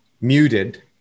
muted